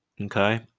okay